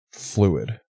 fluid